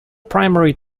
primary